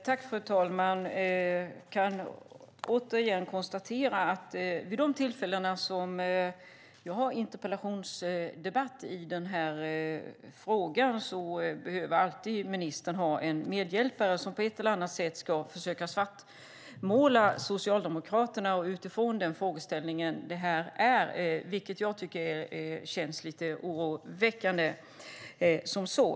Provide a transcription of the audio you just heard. Fru talman! Jag kan återigen konstatera att vid de tillfällen som jag deltar i en interpellationsdebatt i den här frågan behöver ministern alltid ha en medhjälpare som på ett eller annat sätt ska försöka svartmåla Socialdemokraterna utifrån den här frågeställningen, och det tycker jag känns lite oroväckande.